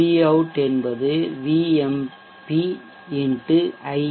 Pout என்பது Vmp X Imp V M P x ஐ